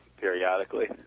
periodically